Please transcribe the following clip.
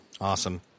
Awesome